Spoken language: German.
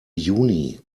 juni